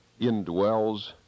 indwells